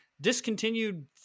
discontinued